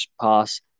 pass